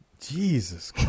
Jesus